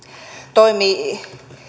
toimii